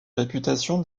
réputation